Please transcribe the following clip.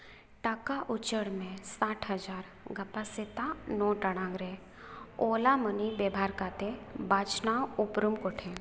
ᱴᱟᱠᱟ ᱩᱪᱟᱹᱲ ᱢᱮ ᱥᱟᱴ ᱦᱟᱡᱟᱨ ᱜᱟᱯᱟ ᱥᱮᱛᱟᱜ ᱱᱚ ᱴᱟᱲᱟᱝ ᱨᱮ ᱳᱞᱟ ᱢᱟᱹᱱᱤ ᱵᱮᱵᱷᱟᱨ ᱠᱟᱛᱮᱫ ᱵᱟᱪᱷᱱᱟᱣ ᱩᱯᱨᱩᱢ ᱠᱚᱴᱷᱮᱱ